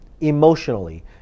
emotionally